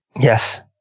Yes